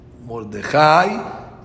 Mordechai